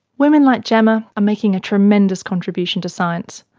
women like gemma are making a tremendous contribution to science,